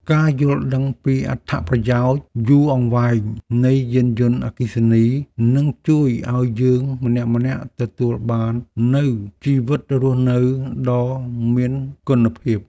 ការយល់ដឹងពីអត្ថប្រយោជន៍យូរអង្វែងនៃយានយន្តអគ្គិសនីនឹងជួយឱ្យយើងម្នាក់ៗទទួលបាននូវជីវិតរស់នៅដ៏មានគុណភាព។